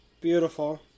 Beautiful